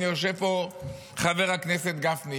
הינה, יושב פה חבר הכנסת גפני.